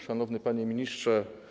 Szanowny Panie Ministrze!